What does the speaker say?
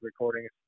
recordings